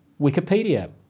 Wikipedia